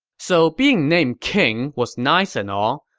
so being named king was nice and all,